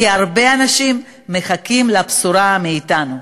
כי הרבה אנשים מחכים לבשורה מאתנו.